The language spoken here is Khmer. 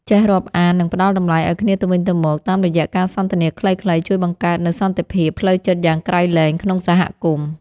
ចេះរាប់អាននិងផ្ដល់តម្លៃឱ្យគ្នាទៅវិញទៅមកតាមរយៈការសន្ទនាខ្លីៗជួយបង្កើតនូវសន្តិភាពផ្លូវចិត្តយ៉ាងក្រៃលែងក្នុងសហគមន៍។